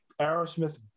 aerosmith